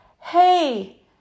Hey